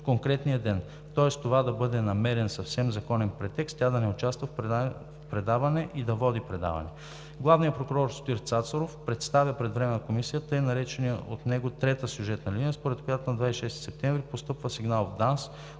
конкретния ден. Тоест да бъде намерен съвсем законен претекст тя да не участва в предаване и да води предаване. Главният прокурор Сотир Цацаров представя пред Временната комисия така наречената от него трета сюжетна линия, според която на 26 септември постъпва сигнал в ДАНС